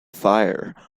fire